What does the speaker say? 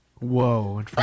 Whoa